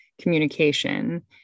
communication